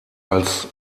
als